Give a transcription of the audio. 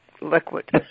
liquid